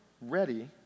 ready